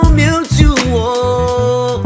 mutual